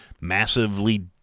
massively